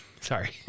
Sorry